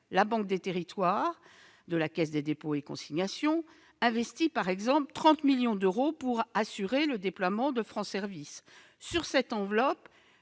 par exemple, qui émane de la Caisse des dépôts et consignations, investit ainsi 30 millions d'euros pour assurer le déploiement de France services. Sur cette enveloppe,